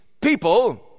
people